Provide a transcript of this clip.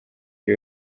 ari